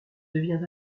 devient